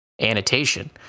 annotation